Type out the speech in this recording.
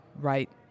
right